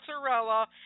mozzarella